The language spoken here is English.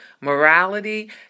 morality